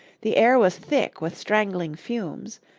the air was thick with strangling fumes,